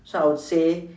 so I would say